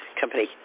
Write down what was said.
company